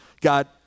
God